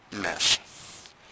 mess